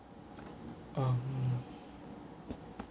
um